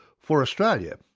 for australia,